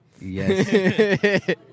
Yes